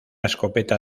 escopeta